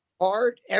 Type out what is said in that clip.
hard